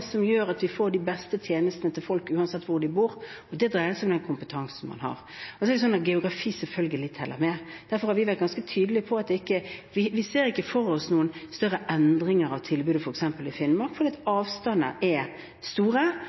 som gjør at vi får de beste tjenestene til folk, uansett hvor de bor. Det dreier seg om den kompetansen man har. Geografi teller selvfølgelig med. Derfor har vi vært ganske tydelige på at vi ikke ser for oss noen større endringer i tilbudet f.eks. i Finnmark, fordi avstandene er store.